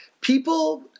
People